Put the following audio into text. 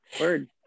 Word